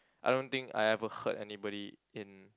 I don't think I ever hurt anybody in